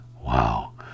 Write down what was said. Wow